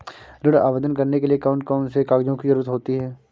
ऋण आवेदन करने के लिए कौन कौन से कागजों की जरूरत होती है?